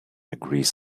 agrees